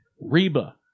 Reba